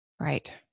Right